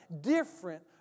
different